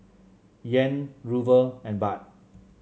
Yen Ruble and Baht